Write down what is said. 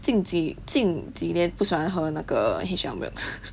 近几近几年不算喝那个 H_L milk